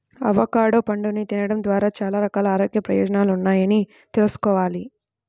avocado పండుని తినడం ద్వారా చాలా రకాల ఆరోగ్య ప్రయోజనాలున్నాయని తెల్సుకోవాలి